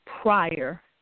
prior